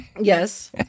Yes